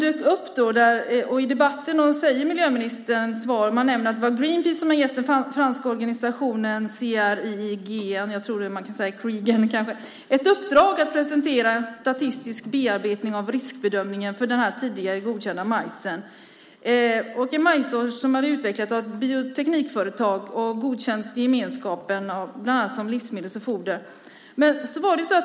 I svaret säger miljöministern att det var Greenpeace som gett den franska organisationen Criigen ett uppdrag att presentera en statistisk bearbetning av riskbedömningen för den tidigare godkända majsen, en majs som är utvecklad av ett bioteknikföretag och godkänts i gemenskapen bland annat som livsmedel och foder.